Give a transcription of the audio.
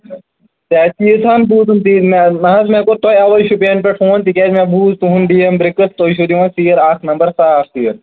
ہَے اَسہِ چھُ ییٖژھ ہَن بوزٗم نہ حظ مےٚ دوٚپ تۄہہِ آوٕ شُپین پیٚٹھ فون تِکیٛازِ مےٚ بوٗز تُہُنٛد ڈی این برٛکٕس تُہۍ چھِوٕ دِوان سیٖر اکھ نَمبر صاف سیٖر